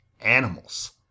animals